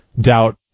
doubt